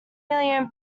million